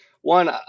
one